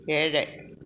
ഏഴ്